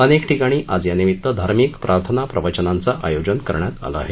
अनेक ठिकाणी आज या निमित्त धार्मिक प्रार्थना प्रवचनांचं आयोजन करण्यात आलं आहे